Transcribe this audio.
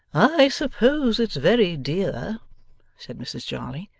i suppose it's very dear said mrs jarley.